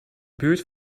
buurt